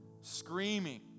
screaming